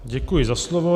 Děkuji za slovo.